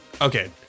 Okay